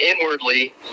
inwardly